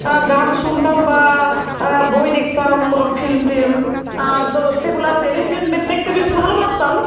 গান শুনতাম বা বই দেখতাম কোনো ফিল্ম টিম তো সেগুলা টেলিফিল্ম দেখতে বেশি ভালোবাসতাম